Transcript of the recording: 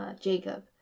Jacob